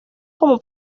como